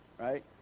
right